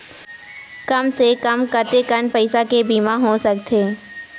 कम से कम कतेकन पईसा के बीमा हो सकथे?